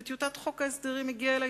וטיוטת חוק ההסדרים הגיעה אלי